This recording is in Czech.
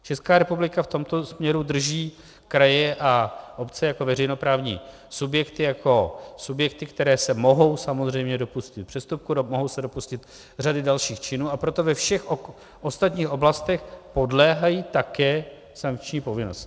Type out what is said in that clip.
Česká republika v tomto směru drží kraje a obce jako veřejnoprávní subjekty, jako subjekty, které se mohou samozřejmě dopustit přestupku, mohou se dopustit řady dalších činů, a proto ve všech ostatních oblastech podléhají také sankční povinnosti.